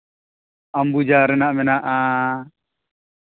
ᱟᱢᱵᱩᱡᱟ ᱨᱮᱱᱟᱜ ᱢᱮᱱᱟᱜᱼᱟ